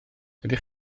ydych